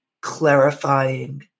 clarifying